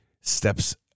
steps